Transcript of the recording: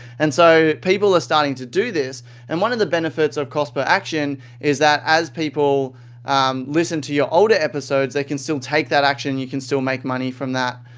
and so people are starting to do this and one of the benefits of cost per action is that as people listen to your older episodes, they can still take that action. you can still make money from that